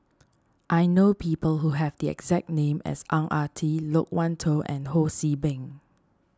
I know people who have the exact name as Ang Ah Tee Loke Wan Tho and Ho See Beng